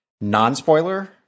Non-spoiler